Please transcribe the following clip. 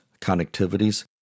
connectivities